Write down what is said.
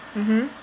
mmhmm